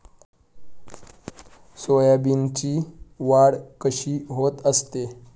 सोयाबीनची वाढ कशी होत असते?